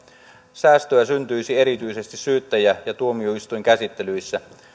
säästöä syntyisi erityisesti syyttäjä ja tuomioistuinkäsittelyissä